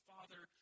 Father